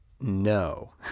no